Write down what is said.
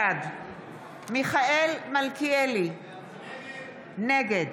בעד מיכאל מלכיאלי, נגד